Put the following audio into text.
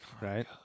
right